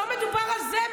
לא מדובר על זה.